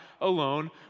alone